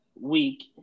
week